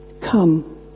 Come